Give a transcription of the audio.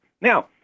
Now